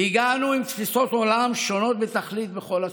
והגענו עם תפיסות עולם שונות בתכלית בכל התחומים.